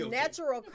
natural